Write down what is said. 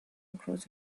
across